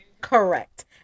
Correct